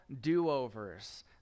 do-overs